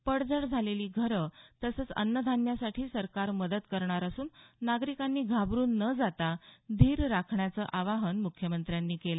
पडझड झालेली घरं तसंच अन्नधान्यासाठी सरकार मदत करणार असून नागरिकांनी घाबरून न जाता धीर राखण्याचं आवाहन मुख्यमंत्र्यांनी केलं